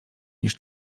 niż